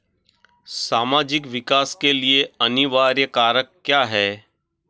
सामाजिक विकास के लिए अनिवार्य कारक क्या है?